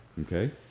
Okay